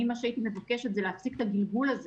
הייתי מבקשת להפסיק את הגלגול הזה.